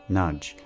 nudge